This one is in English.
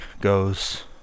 goes